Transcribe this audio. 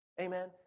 Amen